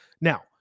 Now